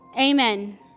Amen